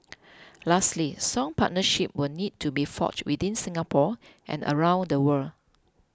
lastly strong partnerships will need to be forged within Singapore and around the world